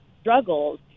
struggles